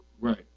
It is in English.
right